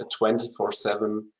24-7